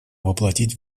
воплотить